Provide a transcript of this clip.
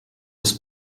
ist